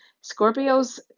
Scorpio's